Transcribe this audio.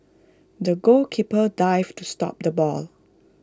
the goalkeeper dived to stop the ball